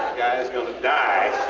guy is going to die